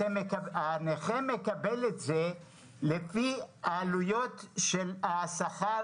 הנכה מקבל את זה לפי העלויות של השכר